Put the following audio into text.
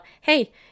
hey